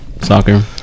soccer